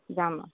যাম